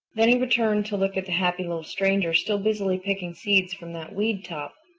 then he returned to look at the happy little stranger still busily picking seeds from that weed-top.